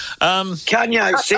Kanye